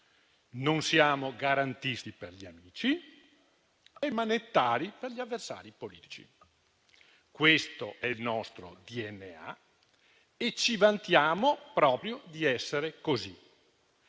non siamo garantisti per gli amici e manettari per gli avversari politici. Questo è il nostro DNA e ci vantiamo proprio di essere così.